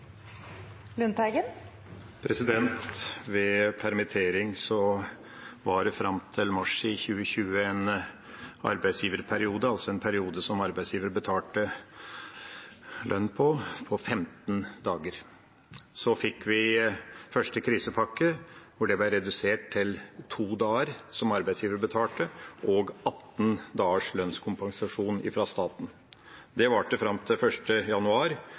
Ved permittering var det fram til mars 2020 en arbeidsgiverperiode, en periode som arbeidsgiver betalte lønn for, på 15 dager. Så fikk vi første krisepakke, hvor det ble redusert til to dager som arbeidsgiver betalte, og med 18 dagers lønnskompensasjon fra staten. Det varte fram til 1. januar.